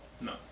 No